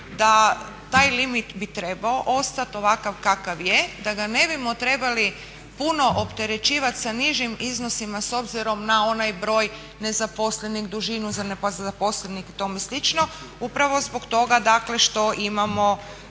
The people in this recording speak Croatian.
da taj limit bi trebao ostat ovakav kakav je, da ga ne bismo trebali puno opterećivat sa nižim iznosima s obzirom na onaj broj nezaposlenih, … zaposlenih i tome slično upravo zbog toga što imamo